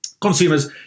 consumers